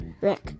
Rick